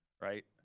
right